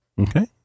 Okay